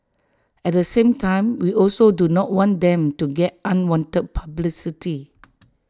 at the same time we also do not want them to get unwanted publicity